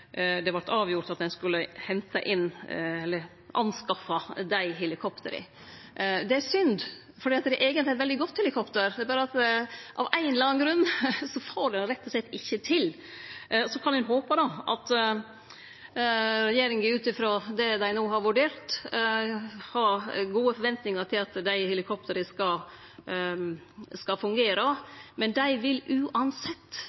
avgjort å skaffe dei helikoptra. Det er synd, for det er eigentleg eit veldig godt helikopter, det er berre det at av ein eller annan grunn får ein det rett og slett ikkje til. Ein kan håpe at regjeringa no ut ifrå det dei har vurdert, har gode forventningar til at dei helikoptra skal